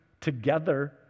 together